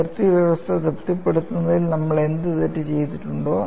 അതിർത്തി വ്യവസ്ഥ തൃപ്തിപ്പെടുത്തുന്നതിൽ നമ്മൾ എന്തെങ്കിലും തെറ്റ് ചെയ്തിട്ടുണ്ടോ